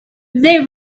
they